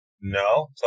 No